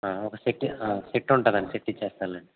ఒక set set ఉంటుంది అండి సెట్ ఇస్తానులేండి